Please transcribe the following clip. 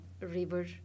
river